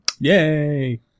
Yay